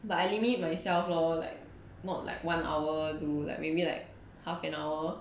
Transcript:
but I limit myself lor like not like one hour to like maybe like half an hour